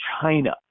China